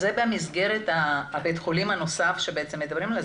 זה במסגרת בית החולים הנוסף שמדברים עליו,